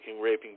raping